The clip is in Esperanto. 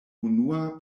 unua